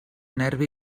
nervi